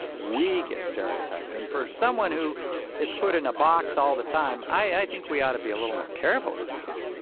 we get stereotyped. and for someone who is put in a box all the time, i think we ought to be a little more careful about this